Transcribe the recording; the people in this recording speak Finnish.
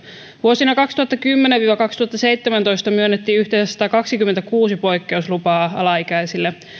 vuosina kaksituhattakymmenen viiva kaksituhattaseitsemäntoista myönnettiin yhteensä satakaksikymmentäkuusi poikkeuslupaa alaikäisille